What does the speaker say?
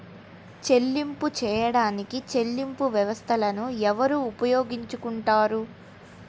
చెల్లింపులు చేయడానికి చెల్లింపు వ్యవస్థలను ఎవరు ఉపయోగించుకొంటారు?